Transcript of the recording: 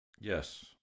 Yes